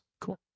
Cool